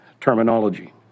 terminology